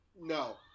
No